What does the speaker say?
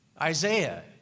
Isaiah